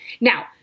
Now